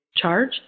charge